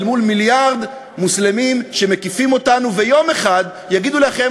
אל מול מיליארד מוסלמים שמקיפים אותנו ויום אחד יגידו לאחיהם